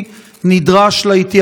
לא, אנחנו נקפיד,